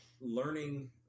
learning